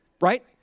right